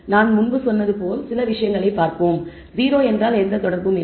நான் முன்பு சொன்னது போல் சில விஷயங்களைப் பார்ப்போம் 0 என்றால் எந்த தொடர்பும் இல்லை